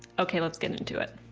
ok, let's get into it.